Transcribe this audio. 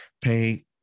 pay